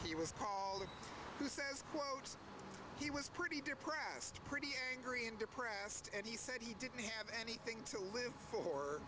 quote he was pretty depressed pretty angry and depressed and he said he didn't have anything to live for